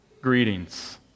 greetings